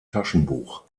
taschenbuch